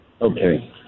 Okay